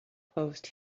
post